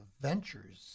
ventures